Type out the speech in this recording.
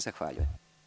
Zahvaljujem.